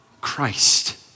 Christ